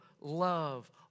love